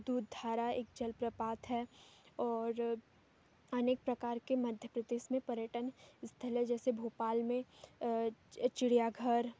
दूधधारा एक जल प्रपात है और अनेक प्रकार के मध्य प्रदेश में पर्यटन स्थल हैं जैसे भोपाल में चिड़ियाघर